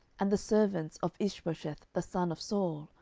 and the servants of ishbosheth the son of saul,